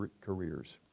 careers